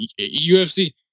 UFC